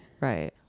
right